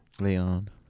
Leon